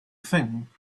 thing